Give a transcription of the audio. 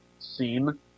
scene